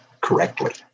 correctly